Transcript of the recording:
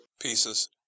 Pieces